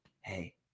hey